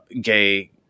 gay